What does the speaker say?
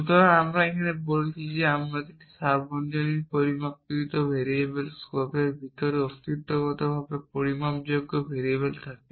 সুতরাং আমরা এখানে কি বলছি যখন আমাদের কাছে একটি সার্বজনীন পরিমাণকৃত ভেরিয়েবলের স্কোপের ভিতরে একটি অস্তিত্বগতভাবে পরিমাপকৃত ভেরিয়েবল থাকে